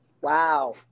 Wow